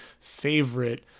favorite